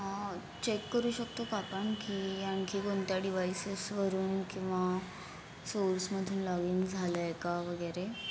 हां चेक करू शकतो का आपण की आणखी कोणत्या डिवाइसेसवरून किंवा सोर्समधून लॉगिन झालं आहे का वगैरे